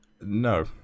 No